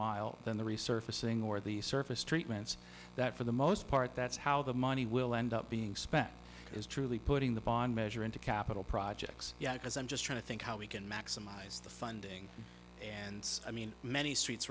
mile than the resurfacing or the surface treatments that for the most part that's how the money will end up being spent is truly putting the bond measure into capital projects because i'm just trying to think how we can maximize the funding and i mean many streets